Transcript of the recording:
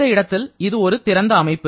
இந்த இடத்தில் இது ஒரு திறந்த அமைப்பு